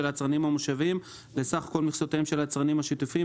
היצרנים המושביים לסך כל מכסותיהם של היצרנים השיתופיים,